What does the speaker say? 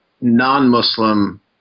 non-Muslim